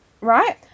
right